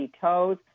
toes